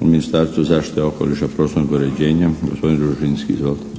u Ministarstvu zaštite okoliša, prostornog uređenja, gospodin Ružinski, izvolite.